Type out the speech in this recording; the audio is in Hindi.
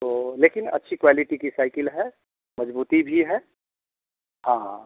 तो लेकिन अच्छी क्वालिटी की साइकिल है मज़बूती भी है हाँ हाँ